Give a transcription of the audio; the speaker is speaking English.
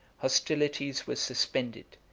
hostilities were suspended,